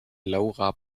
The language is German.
laura